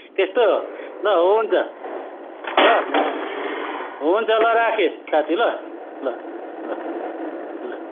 त्यस्तै हो ल हुन्छ ल ल हुन्छ ल राखेँ साथी ल ल ल ल